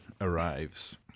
arrives